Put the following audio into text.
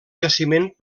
jaciment